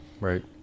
right